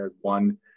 one